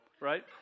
Right